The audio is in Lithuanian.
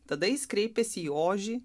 tada jis kreipėsi į ožį